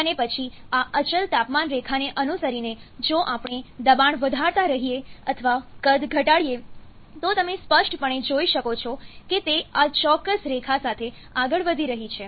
અને પછી આ અચલ તાપમાન રેખાને અનુસરીને જો આપણે દબાણ વધારતા રહીએ અથવા કદ ઘટાડીએ તો તમે સ્પષ્ટપણે જોઈ શકો છો કે તે આ ચોક્કસ રેખા સાથે આગળ વધી રહી છે